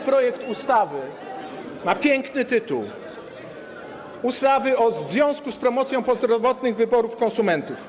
Ten projekt ustawy ma piękny tytuł: ustawa w związku z promocją prozdrowotnych wyborów konsumentów.